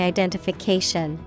Identification